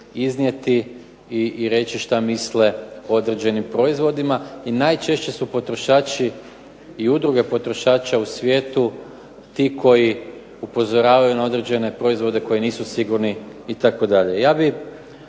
iznijeti i reći šta misle o određenim proizvodima. I najčešće su potrošači i udruge potrošača u svijetu ti koji upozoravaju na određen proizvode koji nisu sigurni itd.